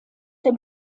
der